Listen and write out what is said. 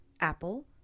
Apple